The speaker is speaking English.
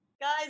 Guys